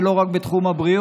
זה לא רק בתחום הבריאות,